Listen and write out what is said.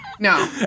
No